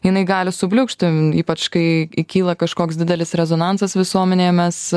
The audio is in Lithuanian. jinai gali subliūkšti ypač kai kyla kažkoks didelis rezonansas visuomenėje mes